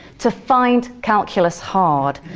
to find calculus hard,